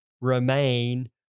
remain